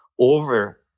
Over